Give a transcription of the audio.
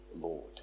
Lord